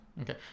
Okay